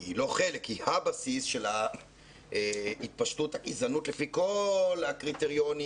והיא הבסיס של התפשטות הגזענות לפי כל הקריטריונים